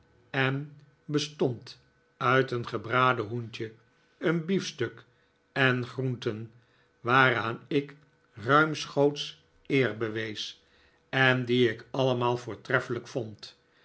en bestond uit een gebraden hoentje een biefstuk en groenten waar aan ik ruimschoots eer bewees en die ik allemaal voortreffelijk vond